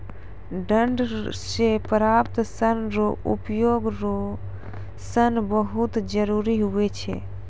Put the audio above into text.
डांट से प्राप्त सन रो उपयोग रो सन बहुत जरुरी हुवै छै